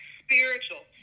spiritual